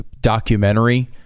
documentary